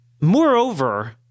moreover